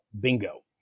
bingo